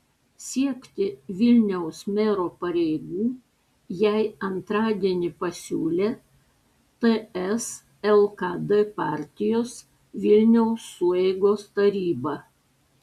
siekti vilniaus mero pareigų jai antradienį pasiūlė ts lkd partijos vilniaus sueigos taryba